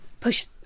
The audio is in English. push